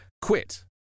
quit